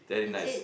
is it